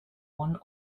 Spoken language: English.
one